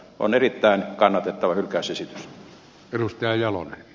on erittäin kannatettava hylkäysesitys